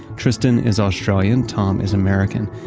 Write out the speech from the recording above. tristan is australian, tom is american.